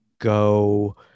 go